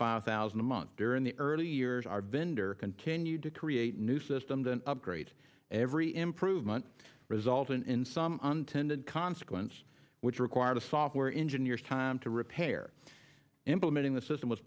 five thousand a month during the early years our vendor continued to create a new system to upgrade every improvement resulted in some unintended consequence which required a software engineer time to repair implementing the system was